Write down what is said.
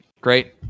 Great